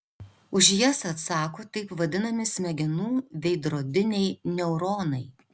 už jas atsako taip vadinami smegenų veidrodiniai neuronai